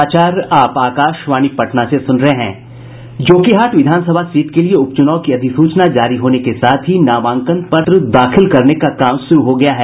जोकीहाट विधानसभा सीट के लिए उपचुनाव की अधिसूचना जारी होने के साथ ही नामांकन पत्र दाखिल करने का काम शुरू हो गया है